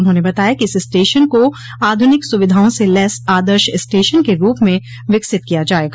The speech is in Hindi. उन्होंने बताया कि इस स्टेशन को आध्रनिक सुविधाओं से लैस आदर्श स्टेशन के रूप में विकसित किया जायेगा